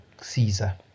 Caesar